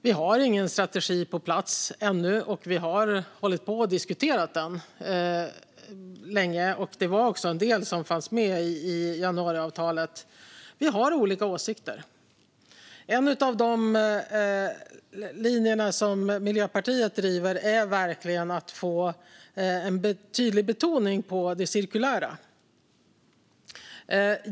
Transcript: Vi har ingen strategi på plats ännu. Vi har hållit på och diskuterat den länge. Det var också en del som fanns med i januariavtalet. Vi har olika åsikter. En av de linjer som Miljöpartiet driver är att få en betydlig betoning på det cirkulära.